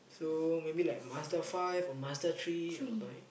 so maybe like from Master five or master three like